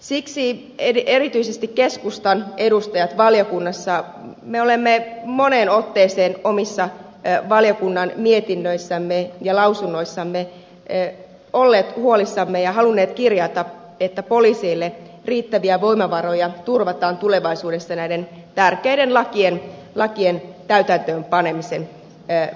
siksi erityisesti me keskustan edustajat valiokunnassa olemme moneen otteeseen omissa valiokunnan mietinnöissämme ja lausunnoissamme olleet huolissamme ja halunneet kirjata että poliiseille riittäviä voimavaroja turvataan tulevaisuudessa näiden tärkeiden lakien täytäntöönpanemisen vuoksi